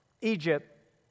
Egypt